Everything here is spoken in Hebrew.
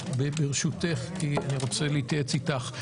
אני רוצה להתייעץ איתך.